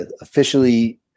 officially